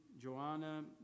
Joanna